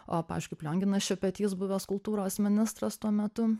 o pavyzdžiui kaip lionginas šepetys buvęs kultūros ministras tuo metu